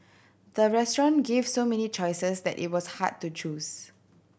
the restaurant gave so many choices that it was hard to choose